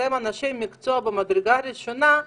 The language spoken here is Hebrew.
שאתם אנשי מקצוע במדרגה הראשונה,